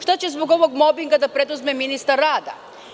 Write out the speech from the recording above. Šta će zbog ovog mobinga da preduzme ministar rada?